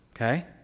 okay